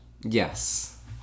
Yes